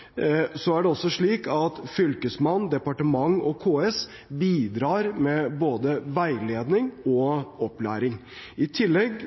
det budskapet. Det er også slik at fylkesmann, departement og KS bidrar med både veiledning og opplæring. I tillegg